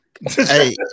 Hey